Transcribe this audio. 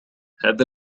هذا